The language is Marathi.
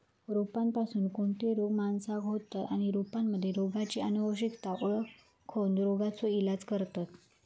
रोपांपासून कोणते रोग माणसाका होतं आणि रोपांमध्ये रोगाची अनुवंशिकता ओळखोन रोगाचा इलाज करतत